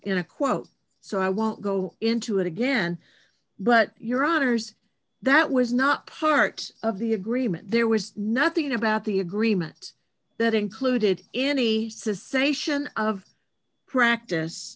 in a quote so i won't go into it again but your honour's that was not part of the agreement there was nothing about the agreement that included any secession of practice